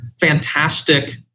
fantastic